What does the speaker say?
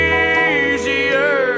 easier